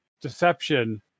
deception